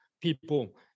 people